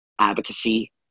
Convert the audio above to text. advocacy